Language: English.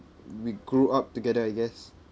we grew up together I guess